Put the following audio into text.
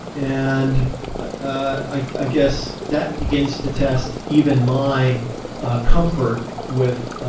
and i ah guess, that begins to test even my ah comfort with